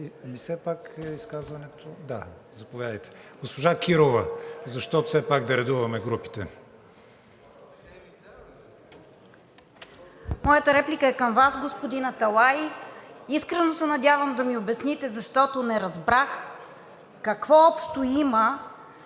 Моята реплика е към Вас, господин Аталай. Искрено се надявам да ми обясните, защото не разбрах – какво общо има